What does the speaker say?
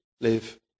live